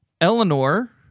Eleanor